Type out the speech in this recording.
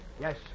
Yes